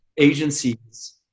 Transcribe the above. agencies